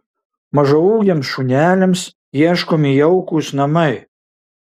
mažaūgiams šuneliams ieškomi jaukūs namai